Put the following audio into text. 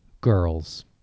Girls